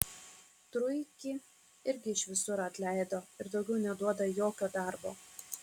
truikį irgi iš visur atleido ir daugiau neduoda jokio darbo